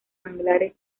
manglares